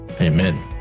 amen